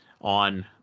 on